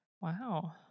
Wow